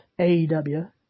AEW